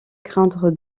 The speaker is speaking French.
craindre